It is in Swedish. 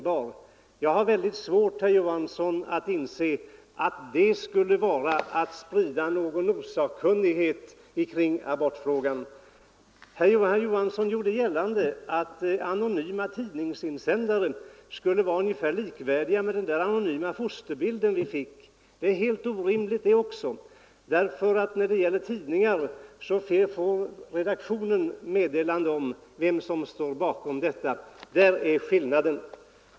Jag har väldigt svårt att inse, herr Johansson, att det skulle vara att bidra till osakkunnighet i abortfrågan. Vidare gjorde herr Johansson gällande att anonyma tidningsinsändare skulle vara ungefär likvärdiga med den där anonyma fosterbilden vi fick. Det är helt orimligt det också, därför att när det gäller tidningsinsändare får redaktionen meddelande om vem som står bakom insändaren. Det är skillnaden.